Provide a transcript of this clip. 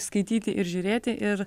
skaityti ir žiūrėti ir